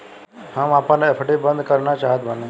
हम आपन एफ.डी बंद करना चाहत बानी